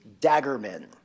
daggermen